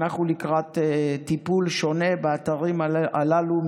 אנחנו לקראת טיפול שונה מבעבר באתרים הללו.